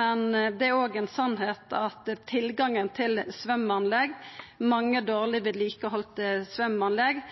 men det er ei sanning at tilgangen til svømmeanlegg – mange svømmeanlegg med dårleg